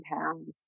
pounds